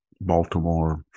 Baltimore